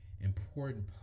important